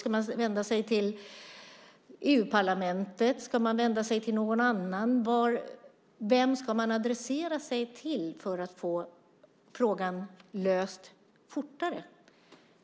Ska man vända sig till EU-parlamentet? Ska man vända sig till någon annan? Vem ska man adressera för att få frågan fortare löst?